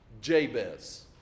Jabez